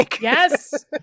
Yes